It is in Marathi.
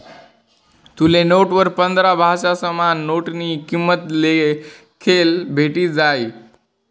तुले नोटवर पंधरा भाषासमा नोटनी किंमत लिखेल भेटी जायी